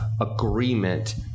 agreement